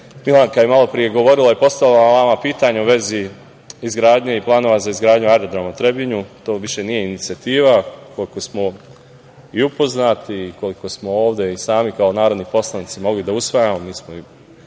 Milanka je malopre govorila i postavila vama pitanje u vezi izgradnje i planova za izgradnju aerodroma u Trebinju. To više nije inicijativa, koliko smo i upoznati. Koliko smo ovde i sami kao narodni poslanici mogli da usvajamo,